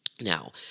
Now